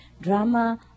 drama